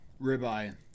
Ribeye